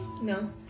No